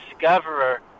discoverer